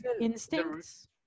instincts